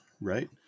right